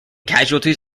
casualties